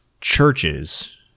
churches